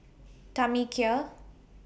Tamekia